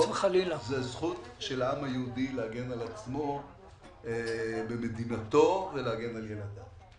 זאת הזכות של העם היהודי להגן על עצמו במדינתו ולהגן על ילדיו.